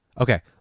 Okay